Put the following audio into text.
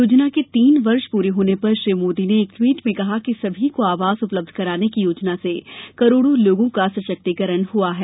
योजना के तीन वर्ष पूरे होने पर श्री मोदी ने एक ट्वीट में कहा कि सभी को आवास उपलब्ध कराने की योजना से करोड़ों लोगों का सशक्तिकरण हुआ है